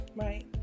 Right